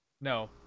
No